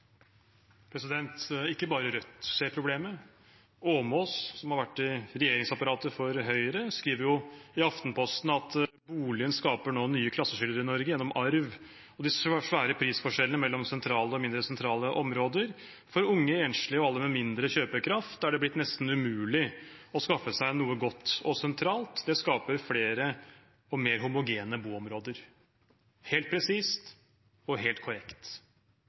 Ikke bare Rødt ser problemet: Åmås, som har vært i regjeringsapparatet for Høyre, skriver i Aftenposten – helt presist og helt korrekt: «Boligen skaper nå nye klasseskiller i Norge gjennom arv og de svære prisforskjellene mellom sentrale og mindre sentrale områder. For unge, enslige og alle med mindre kjøpekraft, er det blitt nesten umulig å skaffe seg noe godt og sentralt. Det skaper flere mer homogene boområder.»